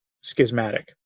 schismatic